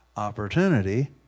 opportunity